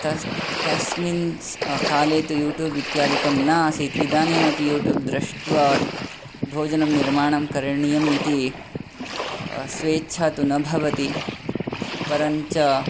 तस् तस्मिन् काले तु यूट्यूब् इत्यादिकं न आसीत् इदानीम् अपि यूट्यूब् दृष्ट्वा भोजनं निर्माणं करणीयम् इति स्वेच्छा तु न भवति परञ्च